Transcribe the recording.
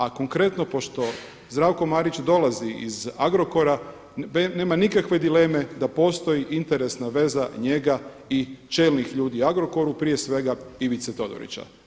A konkretno pošto Zdravko Marić dolazi iz Agrokora nema nikakve dileme da postoji interesna veza njega i čelnih ljudi u Agrokoru, prije svega Ivice Todorića.